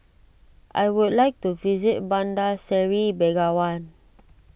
I would like to visit Bandar Seri Begawan